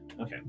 Okay